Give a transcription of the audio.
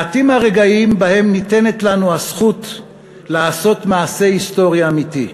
מעטים הרגעים שבהם ניתנת לנו הזכות לעשות מעשה היסטורי אמיתי.